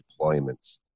deployments